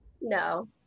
No